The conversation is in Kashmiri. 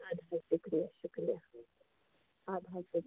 اَدٕ حظ شُکریہ شُکریہ اَدٕ حظ تُلِو